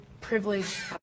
privilege